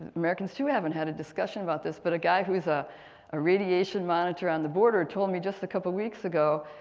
americans too haven't had a discussion about this but a guy who's a a radiation monitor on the border told me just a couple weeks ago.